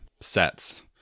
sets